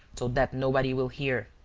so that nobody will hear.